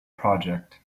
project